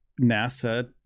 NASA